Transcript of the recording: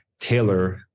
tailor